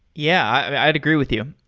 yeah. i'd agree with you.